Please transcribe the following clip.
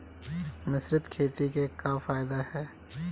मिश्रित खेती क का फायदा ह?